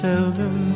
Seldom